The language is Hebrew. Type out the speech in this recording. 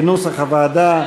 כנוסח הוועדה,